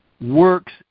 works